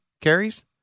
carries